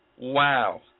Wow